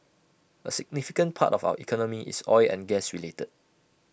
A significant part of our economy is oil and gas related